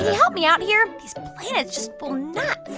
help me out here? these planets just will not